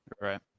Right